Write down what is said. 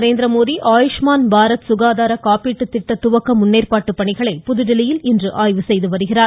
நரேந்திரமோடி ஆயுஷ்மான் பாரத் சுகாதார காப்பீட்டு திட்டத்துவக்க முன்னேற்பாட்டு பணிகளை இன்று புதுதில்லியில் ஆய்வு செய்து வருகிறார்